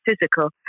physical